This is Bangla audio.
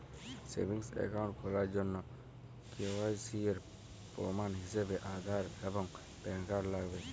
সেভিংস একাউন্ট খোলার জন্য কে.ওয়াই.সি এর প্রমাণ হিসেবে আধার এবং প্যান কার্ড লাগবে